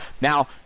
Now